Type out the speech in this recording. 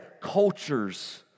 cultures